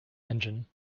engine